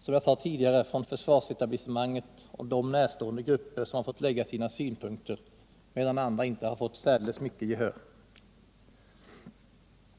som jag sade tidigare, från försvarsetablissemanget och dem närstående grupper som fått lägga sina synpunkter, medan andra inte fått särdeles mycket gehör.